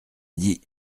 dit